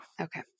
okay